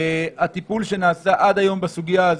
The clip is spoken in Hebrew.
הטיפול שנעשה עד היום בסוגיה הזו,